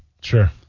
Sure